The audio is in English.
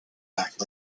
back